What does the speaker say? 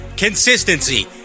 consistency